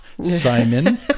Simon